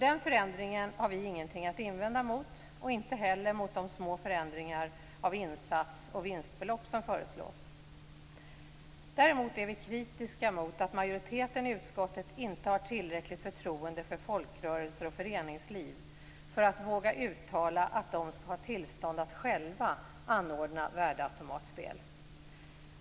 Den förändringen har vi ingenting att invända mot och inte heller mot de små förändringar av insats och vinstbelopp som föreslås. Däremot är vi kritiska mot att majoriteten i utskottet inte har tillräckligt förtroende för folkrörelser och föreningsliv för att våga uttala att de skall ha tillstånd att själva anordna värdeautomatspel.